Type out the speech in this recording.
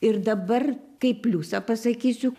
ir dabar kaip pliusą pasakysiu